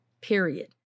period